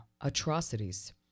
atrocities